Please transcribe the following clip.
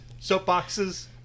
soapboxes